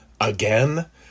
again